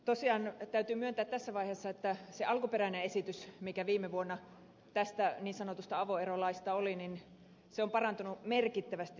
tosiaan täytyy myöntää tässä vaiheessa että se alkuperäinen esitys mikä viime vuonna tästä niin sanotusta avoerolaista oli on parantunut merkittävästi